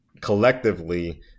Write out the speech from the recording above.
collectively